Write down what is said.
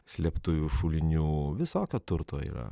slėptuvių šulinių visokio turto yra